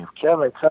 Kevin